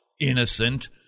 innocent